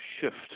shift